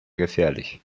gefährlich